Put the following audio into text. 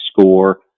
score